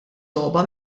logħba